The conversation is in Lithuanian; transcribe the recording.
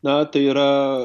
na tai yra